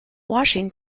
washing